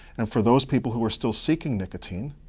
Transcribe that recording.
and for those people who are still seeking nicotine,